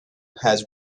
has